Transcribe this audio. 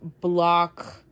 block